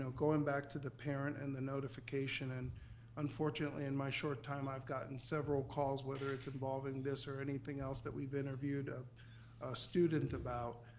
going back to the parent and the notification and unfortunately, in my short time i've gotten several calls, whether it's involving this or anything else that we've interviewed a student about,